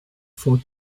for